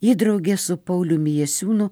ji drauge su pauliumi jasiūnu